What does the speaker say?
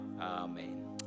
Amen